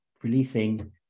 releasing